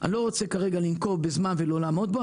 ואני לא רוצה כרגע לנקוב בזמן ולא לעמוד בו.